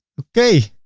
okay.